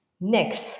Next